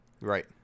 right